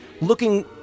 looking